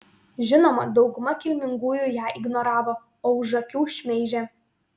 žinoma dauguma kilmingųjų ją ignoravo o už akių šmeižė